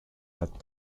that